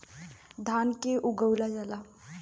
धान के उगावल जाला